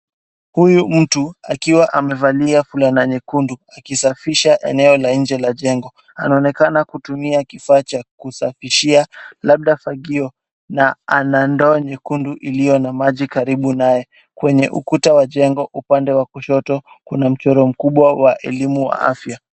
Huyu mtu akiwa amevalia fulana nyekundu akisafisha eneo la nje la jengo, anaonekana kutumia kifaa cha kusafishia labda fagio na ana ndoo nyekundu iliyo na maji karibu naye, kwenye ukuta wa jengo upande wa kushoto kuna mchoro mkubwa wa elimu afya.